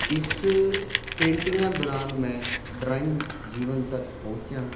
ਇਸ ਪੇਂਟਿੰਗਾਂ ਦੌਰਾਨ ਮੈਂ ਡਰਾਇੰਗ ਜੀਵਨ ਤੱਕ ਪਹੁੰਚਿਆ